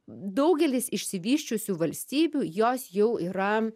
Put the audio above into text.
daugelis išsivysčiusių valstybių jos jau yra